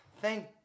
Thank